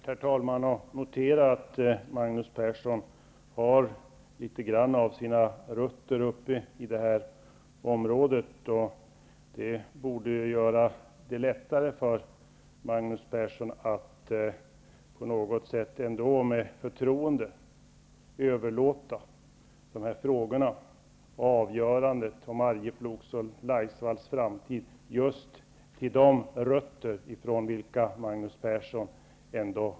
Herr talman! Jag noterar att Magnus Persson har litet grand av sina rötter i det område vi diskuterar. Det borde göra det lättare för honom att med förtroende överlåta avgörandet av Arjeplogs och Laisvalls framtid just till de rötter från vilka Magnus Persson kommer.